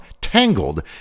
Tangled